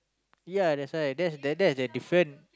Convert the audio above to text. yeah that's why that that's the different